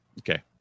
Okay